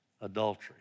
adultery